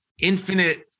infinite